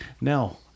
Now